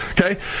okay